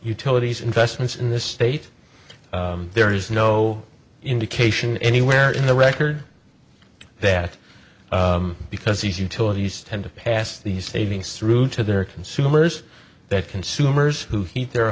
utilities investments in this state there is no indication anywhere in the record that because he's utilities tend to pass these savings through to their consumers that consumers who heat their